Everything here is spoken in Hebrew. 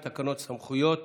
תקנות סמכויות